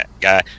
guy